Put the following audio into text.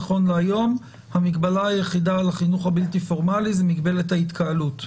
נכון להיום המגבלה היחידה על החינוך הבלתי פורמלי זו מגבלת ההתקהלות,